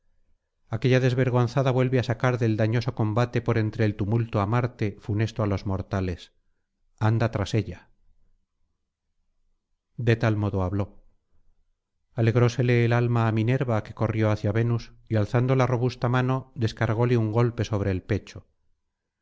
aquella desvergonzada vuelve á sacar del dañoso combate por entre el tumulto á marte funesto á los mortales anda tras ella de tal modo habló alegrósele el alma á minerva que corrió hacia venus y alzando la robusta mano descargóle un golpe sobre el pecho